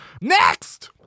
Next